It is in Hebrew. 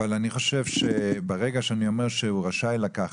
אבל אני חושב שברגע שאני אומר שהוא רשאי לקחת,